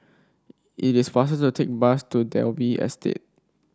it is faster to take bus to Dalvey Estate